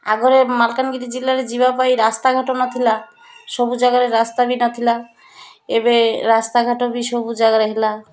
ଆଗରେ ମାଲକାନଗିରି ଜିଲ୍ଲାରେ ଯିବା ପାଇଁ ରାସ୍ତାଘାଟ ନଥିଲା ସବୁ ଜାଗାରେ ରାସ୍ତା ବି ନଥିଲା ଏବେ ରାସ୍ତାଘାଟ ବି ସବୁ ଜାଗାରେ ହେଲା